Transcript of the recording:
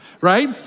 right